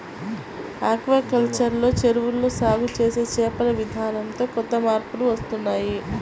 aquaculture లో చెరువుల్లో సాగు చేసే చేపల విధానంతో కొత్త మార్పులు వస్తున్నాయ్